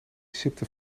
sipte